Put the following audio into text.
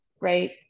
right